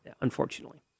unfortunately